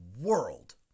world